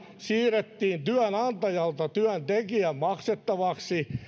siirrettiin työnantajalta työntekijän maksettavaksi työn sivukuluja